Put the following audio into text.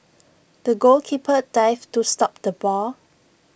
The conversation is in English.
the goalkeeper dived to stop the ball